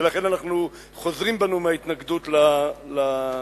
ולכן אנחנו חוזרים בנו מההתנגדות לחוק.